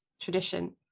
tradition